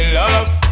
love